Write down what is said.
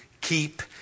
keep